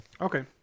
Okay